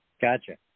Gotcha